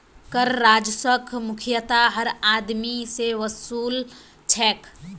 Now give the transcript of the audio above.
कर राजस्वक मुख्यतयः हर आदमी स वसू ल छेक